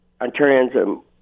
Ontarians